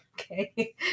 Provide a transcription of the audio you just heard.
Okay